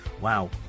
Wow